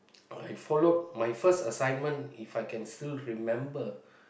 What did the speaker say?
I followed my first assignment If I can still remember